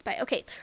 okay